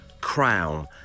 Crown